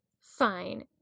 Fine